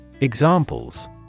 Examples